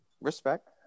Respect